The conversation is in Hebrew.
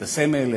את הסמל,